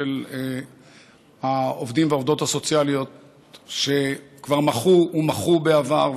של העובדים והעובדות הסוציאליות שכבר מחו ומחו בעבר.